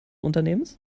unternehmens